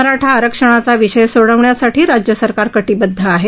मराठा आरक्षणाचा विषय सोडवण्यासाठी राज्य सरकार कटिबद्ध आहे